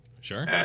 sure